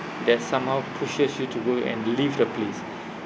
that's somehow pushes you to go and leave the place